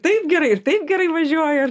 taip gerai ir taip gerai važiuoja ar